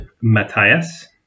Matthias